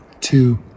two